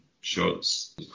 shots